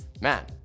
Man